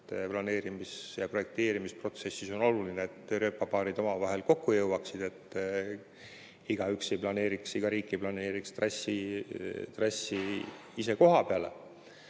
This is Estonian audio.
et planeerimis‑ ja projekteerimisprotsessis on oluline, et rööpapaarid omavahel kokku jõuaksid, et iga riik ei planeeriks trassi ise koha peale.